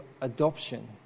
adoption